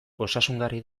osasungarria